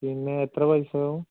പിന്നെ എത്ര പൈസയാകും